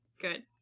Good